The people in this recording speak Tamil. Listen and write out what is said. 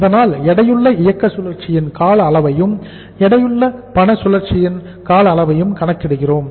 அதனால் எடையுள்ள இயக்க சுழற்சியின் கால அளவையும் எடையுள்ள பண சுழற்சி காலத்தையும் கணக்கிடுகிறோம்